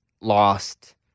lost